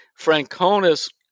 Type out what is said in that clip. Francona's